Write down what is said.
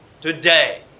today